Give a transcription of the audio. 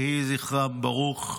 יהי זכרם ברוך.